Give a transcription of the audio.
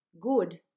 good